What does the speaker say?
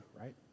right